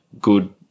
good